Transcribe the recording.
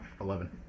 Eleven